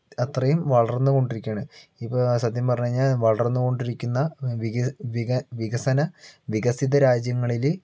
അത്രയും വളർന്നു കൊണ്ട് ഇരിക്കുകയാണ് ഇപ്പോൾ സത്യം പറഞ്ഞു കഴിഞ്ഞാൽ വളർന്നുകൊണ്ട് ഇരിക്കുന്ന വികസന വികസിത രാജ്യങ്ങളിൽ